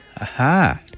Aha